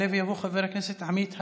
יעלה ויבוא חבר הכנסת עמית הלוי,